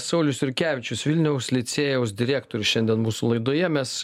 saulius jurkevičius vilniaus licėjaus direktorius šiandien mūsų laidoje mes